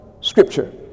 scripture